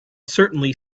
certainly